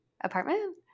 apartment